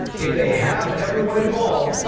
if they have everyone involved.